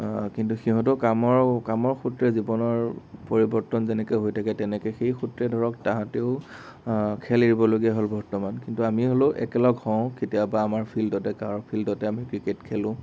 কিন্তু সিহঁতেও কামৰ কামৰ সূত্ৰে জীৱনৰ পৰিৱৰ্তন যেনেকে হৈ থাকে তেনেকে সেই সূত্ৰে ধৰক তাহাঁতিও খেল এৰিবলগীয়া হ'ল বৰ্তমান কিন্তু আমি হ'লেও একেলগ হওঁ কেতিয়াবা আমাৰ ফিল্ডতে গাঁৱৰ ফিল্ডতে আমি ক্ৰিকেট খেলোঁ